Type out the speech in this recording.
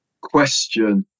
question